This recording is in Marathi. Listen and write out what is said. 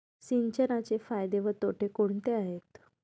सिंचनाचे फायदे व तोटे कोणते आहेत?